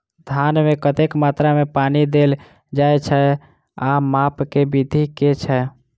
धान मे कतेक मात्रा मे पानि देल जाएँ छैय आ माप केँ विधि केँ छैय?